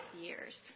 years